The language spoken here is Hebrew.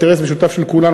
אינטרס משותף של כולנו,